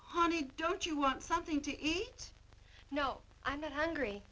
honey don't you want something to eat no i'm not hungry